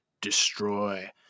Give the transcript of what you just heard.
destroy